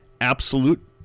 absolute